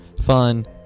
fun